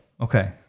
Okay